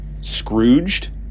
Scrooged